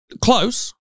Close